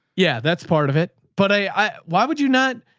yeah. that's part of it, but i, why would you not?